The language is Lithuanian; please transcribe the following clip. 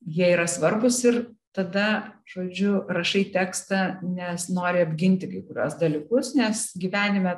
jie yra svarbūs ir tada žodžiu rašai tekstą nes nori apginti kai kuriuos dalykus nes gyvenime